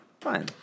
fine